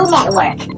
Network